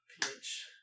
PH